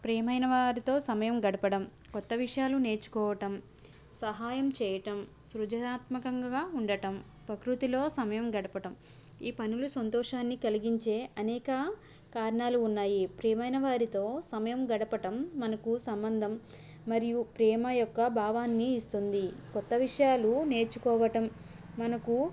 ప్రియమైన వారితో సమయం గడపడం కొత్త విషయాలు నేర్చుకోవటం సహాయం చేయటం సృజనాత్మకకంగా ఉండటం ప్రకృతిలో సమయం గడపటం ఈ పనులు సంతోషాన్ని కలిగించే అనేక కారణాలు ఉన్నాయి ప్రియమైన వారితో సమయం గడపటం మనకు సంబంధం మరియు ప్రేమ యొక్క భావాన్ని ఇస్తుంది కొత్త విషయాలు నేర్చుకోవటం మనకు